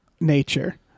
nature